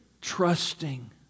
trusting